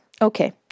okay